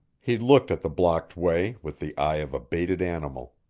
he looked at the blocked way with the eye of a baited animal.